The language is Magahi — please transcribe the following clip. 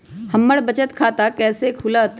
हमर बचत खाता कैसे खुलत?